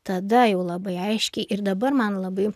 tada jau labai aiškiai ir dabar man labai